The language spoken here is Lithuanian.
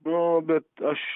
nu bet aš